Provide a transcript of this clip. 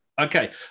Okay